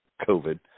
COVID